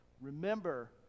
remember